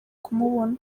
kumubona